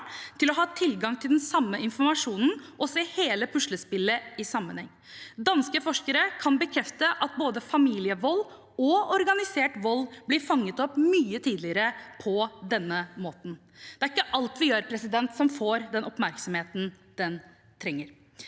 til å ha tilgang til den samme informasjonen og se hele puslespillet i sammenheng. Danske forskere kan bekrefte at både familievold og organisert vold blir fanget opp mye tidligere på denne måten. Det er ikke alt vi gjør, som får den oppmerksomheten det trenger.